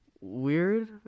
weird